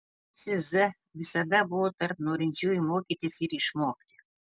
didysis z visada buvo tarp norinčiųjų mokytis ir išmokti